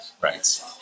Right